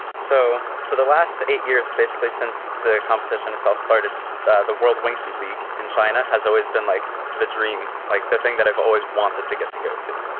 so for the last eight years, basically, since the competition itself started, the the world wingsuit league and china has always been like the dream. like the thing that i've always wanted to get to go to,